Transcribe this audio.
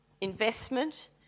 investment